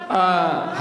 גם מועמד,